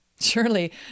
Surely